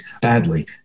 badly